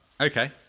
Okay